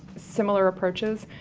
similar approaches.